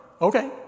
Okay